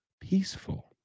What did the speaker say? peaceful